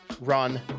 run